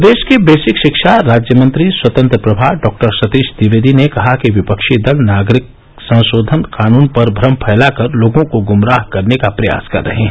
प्रदेश के बेसिक शिक्षा राज्य मंत्री स्वतंत्र प्रभार डॉ सतीश द्विवेदी ने कहा कि विपक्षी दल नागरिक संशोधन कानून पर भ्रम फैलाकर लोगों को गुमराह करने का प्रयास कर रहे हैं